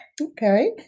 Okay